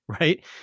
right